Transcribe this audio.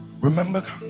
remember